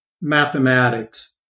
mathematics